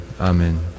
Amen